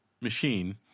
machine